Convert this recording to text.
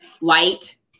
light